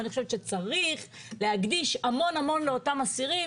ואני חושבת שצריך להקדיש המון המון לאותם אסירים